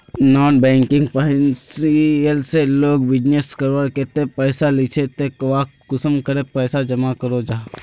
Non banking financial से लोग business करवार केते पैसा लिझे ते वहात कुंसम करे पैसा जमा करो जाहा?